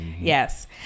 Yes